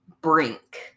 Brink